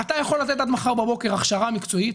אתה יכול לתת עד מחר בבוקר הכשרה מקצועית